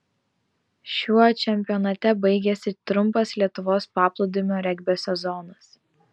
šiuo čempionate baigėsi trumpas lietuvos paplūdimio regbio sezonas